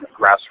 grassroots